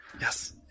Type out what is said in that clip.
yes